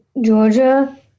Georgia